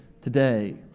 today